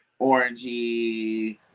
Orangey